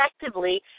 effectively